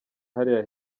hariya